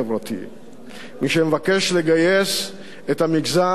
מי שמבקש לגייס את המגזר ללא אחריות אישית